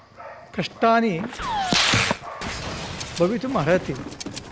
कष्टानि भवितुमर्हति